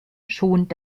schont